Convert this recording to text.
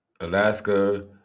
Alaska